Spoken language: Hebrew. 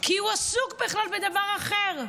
כי הוא עסוק בכלל בדבר אחר.